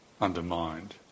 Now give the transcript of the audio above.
undermined